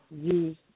use